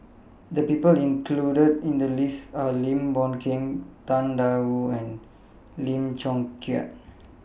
The People included in The list Are Lim Boon Keng Tang DA Wu and Lim Chong Keat